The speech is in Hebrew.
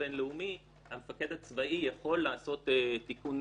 הבינלאומי המפקד הצבאי יכול לעשות תיקון